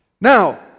Now